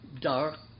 dark